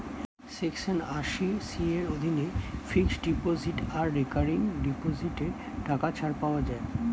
section আশি C এর অধীনে ফিক্সড ডিপোজিট আর রেকারিং ডিপোজিটে টাকা ছাড় পাওয়া যায়